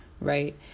right